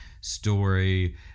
story